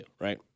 right